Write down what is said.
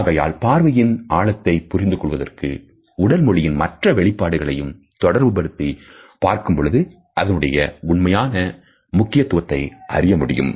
ஆகையால் பார்வையின் ஆழத்தை புரிந்து கொள்வதற்கு உடல் மொழியின் மற்ற வெளிப்பாடுகளையும் தொடர்புபடுத்தி பார்க்கும் பொழுது அதனுடைய உண்மையான முக்கியத்துவத்தை அறிய முடியும்